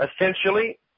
Essentially